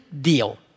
deal